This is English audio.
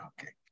okay